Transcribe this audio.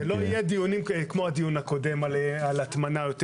שלא יהיו דיונים כמו הדיון הקודם על הטמנה יותר.